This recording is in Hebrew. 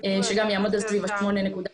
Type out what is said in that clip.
שגם יעמוד על סביב ה-8.8,